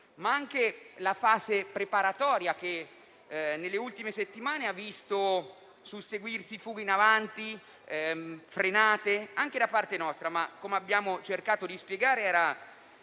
ma anche la fase preparatoria che nelle ultime settimane ha visto susseguirsi fughe in avanti e frenate, anche da parte nostra. Tuttavia, come abbiamo cercato di spiegare,